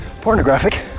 pornographic